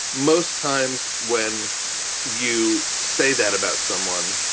most times when you say that about someone,